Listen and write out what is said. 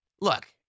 look